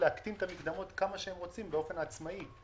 להקטין את המקדמות כמה שהם רוצים באופן עצמאי.